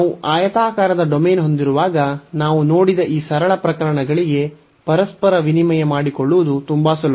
ನಾವು ಆಯತಾಕಾರದ ಡೊಮೇನ್ ಹೊಂದಿರುವಾಗ ನಾವು ನೋಡಿದ ಈ ಸರಳ ಪ್ರಕರಣಗಳಿಗೆ ಪರಸ್ಪರ ವಿನಿಮಯ ಮಾಡಿಕೊಳ್ಳುವುದು ತುಂಬಾ ಸುಲಭ